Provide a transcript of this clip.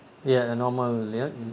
ya the normal layout